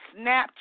Snapchat